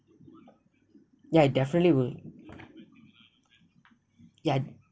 ya it definitely will ya